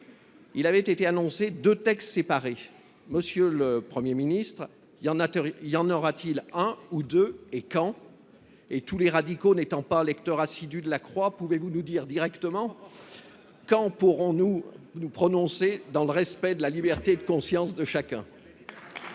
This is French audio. Il avait été annoncé deux textes séparés. Monsieur le Premier ministre, y en aura t il un ou deux, et quand ? Tous les radicaux n’étant pas des lecteurs assidus de, pouvez vous nous dire aujourd’hui quand nous pourrons nous prononcer sur ce texte, dans le respect de la liberté de conscience de chacun ?